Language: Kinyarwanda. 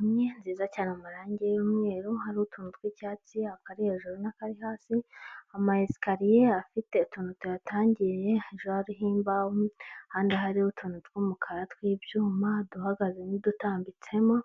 Imwe nziza cyane amarangi y'umweru hari utuntu twicyatsi akari hejuru n'akari hasi, amaesikariye afite utuntu tuyatangiye hariho imbaho kandi hari utuntu tw'umukara tw'ibyuma duhagaze n'udutambitsemo,